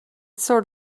sort